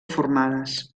formades